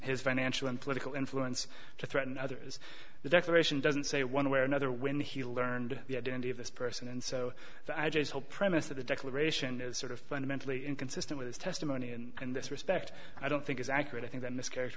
his financial and political influence to threaten others the declaration doesn't say one way or another when he learned the identity of this person and so i just hope premise of the declaration is sort of fundamentally inconsistent with his testimony and this respect i don't think is accurate i think that mischar